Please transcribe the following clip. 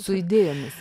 žaidei jomis